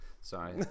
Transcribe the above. sorry